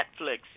Netflix